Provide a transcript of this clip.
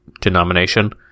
denomination